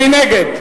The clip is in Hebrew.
מי נגד?